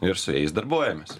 ir su jais darbuojamės